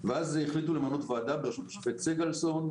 ואז החליטו למנות ועדה בראשות השופט סגלסון,